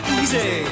easy